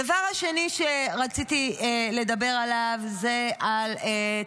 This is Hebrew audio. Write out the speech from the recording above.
הדבר השני שרציתי לדבר עליו הוא תרבות